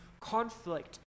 Conflict